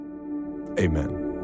amen